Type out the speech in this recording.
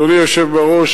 אדוני היושב בראש,